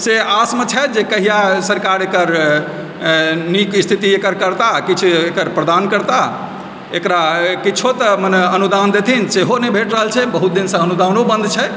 से आसमे छथि जे कहिया सरकार एकर नीक स्थिति एकर करता किछु एकर प्रदान करता एकरा किछो तऽ मने अनुदान देथिन सेहो नहि भेट रहल छै बहुत दिनसँ अनुदानो बन्द छै